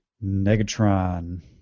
Negatron